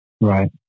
Right